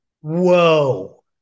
Whoa